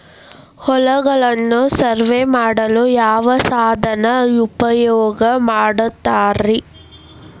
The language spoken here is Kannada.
ಹೊಲಗಳನ್ನು ಸರ್ವೇ ಮಾಡಲು ಯಾವ ಸಾಧನ ಉಪಯೋಗ ಮಾಡ್ತಾರ ರಿ?